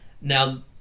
Now